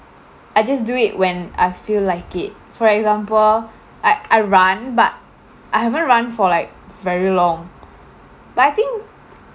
I just do it when I feel like it for example I I run but I haven't run for like very long but I think